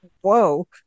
whoa